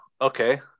okay